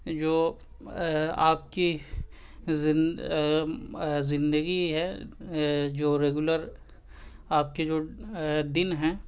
جو آپ کی زندگی ہے جو ریگولر آپ کے جو دن ہیں